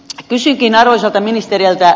kysynkin arvoisalta ministeriltä